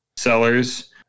Sellers